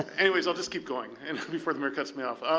anyways, i'll just keep going and before the mayor cuts me off.